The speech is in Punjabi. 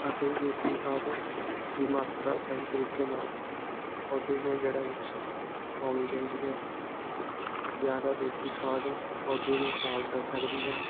ਅਤੇ ਦੇਸੀ ਖਾਦ ਦੀ ਮਾਤਰਾ ਸਹੀ ਤਰੀਕੇ ਨਾਲ ਪੌਦੇ ਦੀਆਂ ਜੜ੍ਹਾ ਵਿੱਚ ਪਾਉਣੀ ਚਾਹੀਦੀ ਹੈ ਜ਼ਿਆਦਾ ਦੇਸੀ ਖਾਦ ਪੌਦੇ ਨੂੰ ਖਰਾਬ ਕਰ ਸਕਦੀ ਹੈ